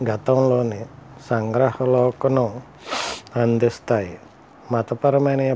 గతంలోని సంగ్రహ లోకను అందిస్తాయి మతపరమైన